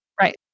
Right